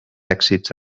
èxits